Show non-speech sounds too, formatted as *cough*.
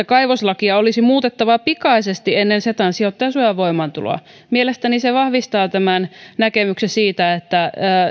*unintelligible* kaivoslakia olisi muutettava pikaisesti ennen cetan sijoittajansuojan voimaatuloa mielestäni se vahvistaa tämän näkemyksen siitä että